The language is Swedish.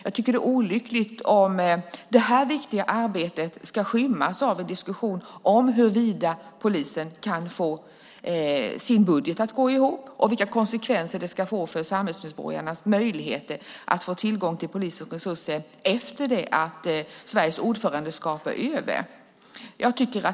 Det är olyckligt om det viktiga arbetet ska skymmas av en diskussion om huruvida polisen kan få sin budget att gå ihop och vilka konsekvenser det kan få för samhällsmedborgarnas möjligheter att få tillgång till polisens resurser efter det att Sveriges ordförandeskap är över.